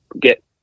get